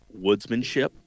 woodsmanship